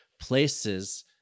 places